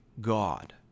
God